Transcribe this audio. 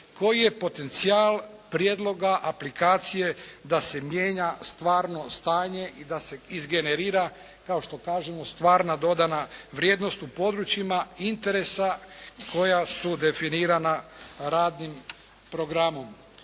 koji je potencijal prijedloga aplikacije da se mijenja stvarno stanje i da se izgenerira kao što kažemo stvarna dodana vrijednost u područjima interesa koja su definirana radnim programom.